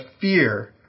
fear